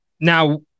Now